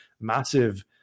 massive